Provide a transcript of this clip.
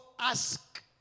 ask